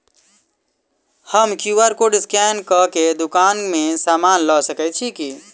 हम QR code scan कऽ केँ दुकान मे समान लऽ सकैत छी की?